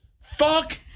Fuck